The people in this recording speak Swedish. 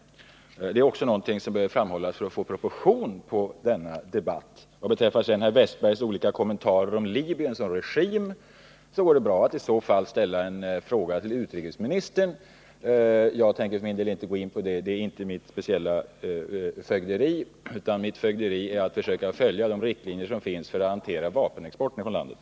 Detta är också någonting som bör framhållas för att få proportion på denna debatt. Vad sedan beträffar herr Wästbergs olika kommentarer om Libyen som regim går det bra att ställa en fråga om det till utrikesministern. Jag tänker för min del inte gå in på den frågan — det är inte mitt speciella fögderi: Mitt fögderi är att försöka följa de riktlinjer som finns för att hantera vapenexport från landet.